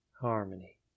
Harmony